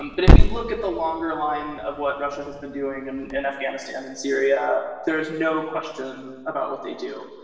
um but if you look at the longer line of what russia has been doing and in afghanistan, in syria, there is no question about what they do.